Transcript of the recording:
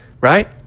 right